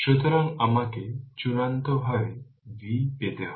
সুতরাং আমাকে চূড়ান্তভাবে V পেতে হবে